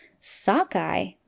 sockeye